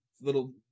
little